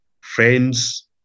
Friends